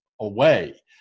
away